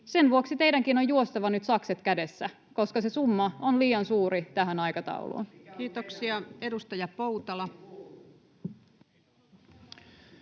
Sen vuoksi teidänkin on juostava nyt sakset kädessä, koska se summa on liian suuri tähän aikatauluun. [Speech 40] Speaker: